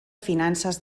finances